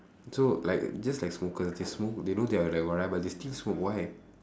so like just like smoker they smoke they know they are but there still smoke why